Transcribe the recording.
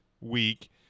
week